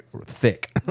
thick